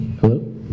Hello